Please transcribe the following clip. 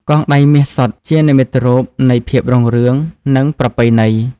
កងដៃមាសសុទ្ធ ជានិមិត្តរូបនៃភាពរុងរឿង និងប្រពៃណី។